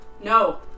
No